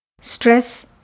Stress